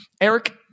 Eric